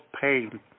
pain